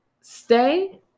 stay